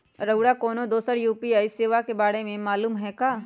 रउरा कोनो दोसर यू.पी.आई सेवा के बारे मे मालुम हए का?